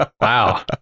wow